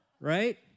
right